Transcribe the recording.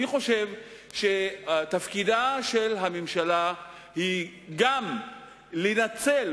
אני חושב שתפקידה של הממשלה הוא גם לנצל.